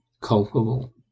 culpable